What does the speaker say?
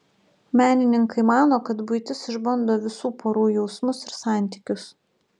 menininkai mano kad buitis išbando visų porų jausmus ir santykius